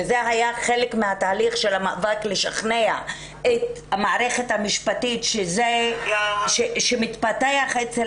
וזה היה חלק מהתהליך של המאבק לשכנע את המערכת המשפטית שמתפתחים אצל